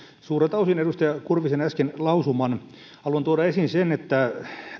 suurelta osin edustaja kurvisen äsken lausuman haluan tuoda esiin sen että